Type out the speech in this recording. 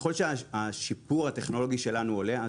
ככל שהשיפור הטכנולוגי שלנו עולה,